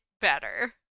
better